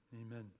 amen